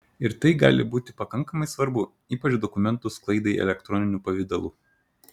ir tai gali būti pakankamai svarbu ypač dokumentų sklaidai elektroniniu pavidalu